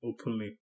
openly